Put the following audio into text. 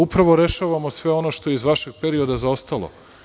Upravo rešavamo sve ono što je iz vašeg perioda zaostalo.